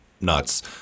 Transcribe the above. nuts